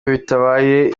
bitabaye